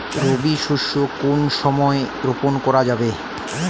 রবি শস্য কোন সময় রোপন করা যাবে?